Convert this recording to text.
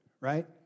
right